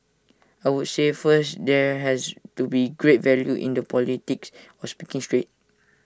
I would say first there has to be great value in the politics of speaking straight